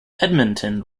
edmonton